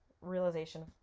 realization